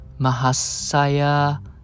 Mahasaya